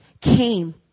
came